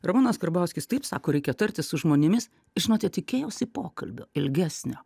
ramūnas karbauskis taip sako reikia tartis su žmonėmis žinote tikėjausi pokalbio ilgesnio